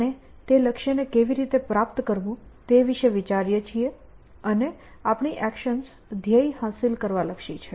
આપણે તે લક્ષ્યને કેવી રીતે પ્રાપ્ત કરવું તે વિશે વિચારીએ છીએ અને આપણી એકશન્સ ધ્યેય હાંસલ કરવા લક્ષી છે